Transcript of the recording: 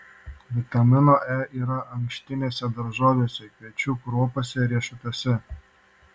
vitamino e yra ankštinėse daržovėse kviečių kruopose riešutuose